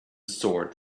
sword